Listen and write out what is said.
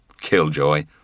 Killjoy